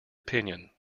opinion